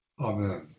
Amen